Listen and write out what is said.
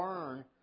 learn